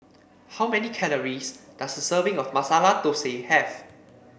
how many calories does a serving of Masala Thosai have